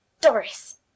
Doris